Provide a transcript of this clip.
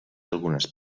algunes